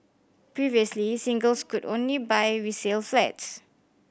previously singles could only buy resale flats